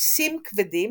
מיסים כבדים,